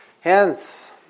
Hence